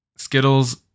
Skittles